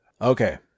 Okay